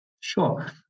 Sure